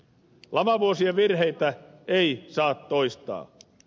lamavuosien virheitä ei saa toistaa